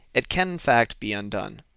it can in fact be undone.